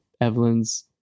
Evelyn's